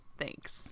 Thanks